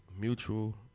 mutual